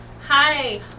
Hi